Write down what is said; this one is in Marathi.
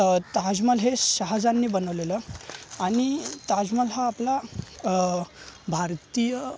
तर ताजमहल हे शहाजहाननी बनवलेलं आणि ताजमहल हा आपला भारतीय